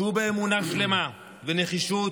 צאו באמונה שלמה, בנחישות,